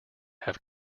have